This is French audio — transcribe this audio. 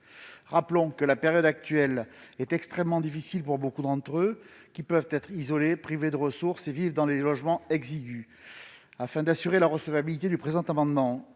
Rappelons que la période actuelle est extrêmement difficile pour beaucoup d'entre eux, qui peuvent être isolés, privés de ressources et vivre dans des logements exigus. Afin d'assurer sa recevabilité, le présent amendement,